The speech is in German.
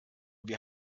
wir